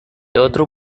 otro